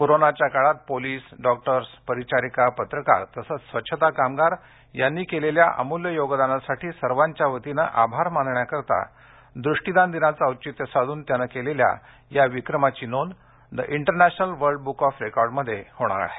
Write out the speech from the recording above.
कोरोनाकाळात police doctor nurse पत्रकार तसंच स्वच्छता कामगार यांनी केलेल्या अमूल्य योगदानासाठी सर्वांच्या वतीने आभार मानण्याकरता द्रष्टीदान दिनाचं औचित्य साध्रन त्यान केलेल्या या विक्रमाची नोंद the international world book of रेकॉर्डमध्ये नोंद होणार आहे